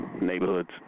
neighborhoods